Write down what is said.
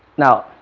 now